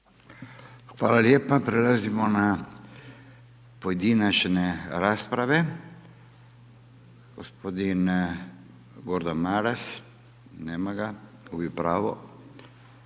Hvala lijepa. Prelazimo na pojedinačne rasprave. Gospodin Gordan Maras, nema ga, gubi pravo.